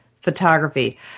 photography